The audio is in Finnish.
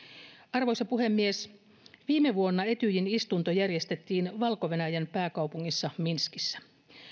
arvoisa puhemies viime vuonna etyjin istunto järjestettiin valko venäjän pääkaupungissa minskissä